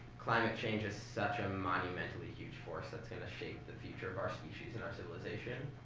climate change is such a monumentally huge force that's going to shape the future of our species and our civilization.